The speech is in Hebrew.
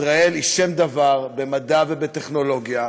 ישראל היא שם דבר במדע ובטכנולוגיה,